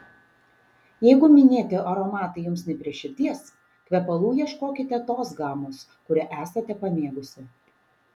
jeigu minėti aromatai jums ne prie širdies kvepalų ieškokite tos gamos kurią esate pamėgusi